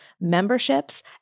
memberships